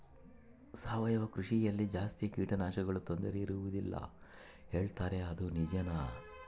ಸಾವಯವ ಕೃಷಿಯಲ್ಲಿ ಜಾಸ್ತಿ ಕೇಟನಾಶಕಗಳ ತೊಂದರೆ ಇರುವದಿಲ್ಲ ಹೇಳುತ್ತಾರೆ ಅದು ನಿಜಾನಾ?